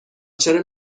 چرا